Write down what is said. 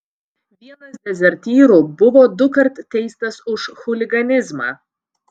vienas dezertyrų buvo dukart teistas už chuliganizmą